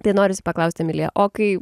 tai norisi paklaust emilija o kai